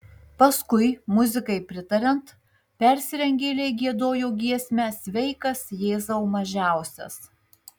paskui muzikai pritariant persirengėliai giedojo giesmę sveikas jėzau mažiausias